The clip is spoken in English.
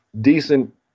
decent